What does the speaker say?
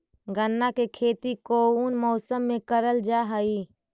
गन्ना के खेती कोउन मौसम मे करल जा हई?